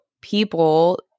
people